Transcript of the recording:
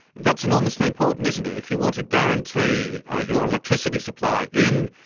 that's enormously important, isn't it, if you want to guarantee ah your electricity supply in,